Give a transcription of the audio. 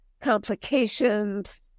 complications